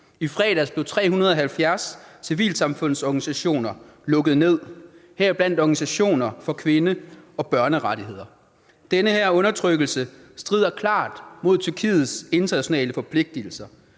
I fredags blev 370 civilsamfundsorganisationer lukket ned, heriblandt organisationer for kvinde- og børnerettigheder. Denne undertrykkelse strider klart mod Tyrkiets internationale forpligtigelser.